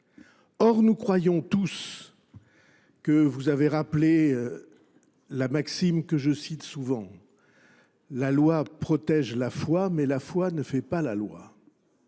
Or, nous croyons tous que vous avez rappelé la maxime que je cite souvent. La loi protège la foi mais la foi ne fait pas la loi.